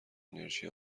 انرژی